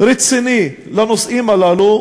רציני לנושאים הללו,